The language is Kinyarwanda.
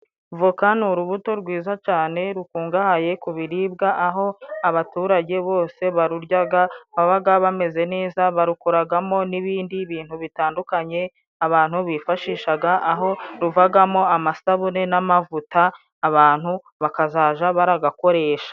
Voka ni urubuto rwiza cane rukungahaye ku biribwa, aho abaturage bose baruryaga babaga bameze neza, barukoragamo n'ibindi bintu bitandukanye abantu bifashishaga, aho ruvagamo amasabune n'amavuta abantu bakazaja baragakoresha.